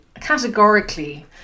categorically